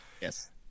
Yes